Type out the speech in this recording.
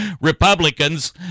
Republicans